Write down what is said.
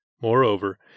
Moreover